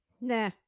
Nah